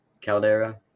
Caldera